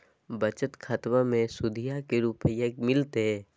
बचत खाताबा मे सुदीया को रूपया मिलते?